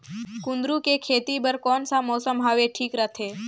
कुंदूरु के खेती बर कौन सा मौसम हवे ठीक रथे?